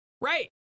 Right